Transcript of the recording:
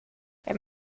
wenn